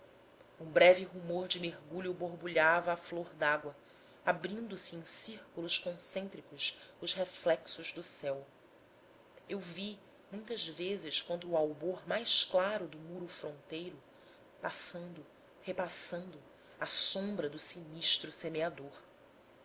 um breve rumor de mergulho borbulhava à flor dágua abrindo-se em círculos concêntricos os reflexos do céu eu vi muitas vezes contra o albor mais claro do muro fronteiro passando repassando a sombra do sinistro semeador